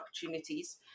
opportunities